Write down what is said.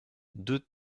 deux